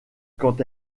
quand